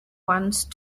once